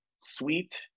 sweet